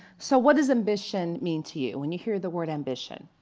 so what is ambition mean to you? when you hear the word ambition?